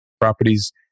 properties